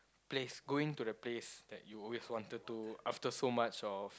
place going to the place that you always wanted to after so much of